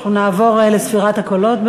אנחנו נעבור לספירת הקולות,